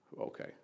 Okay